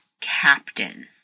captain